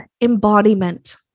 embodiment